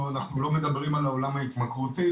אנחנו לא מדברים על העולם ההתמכרותי,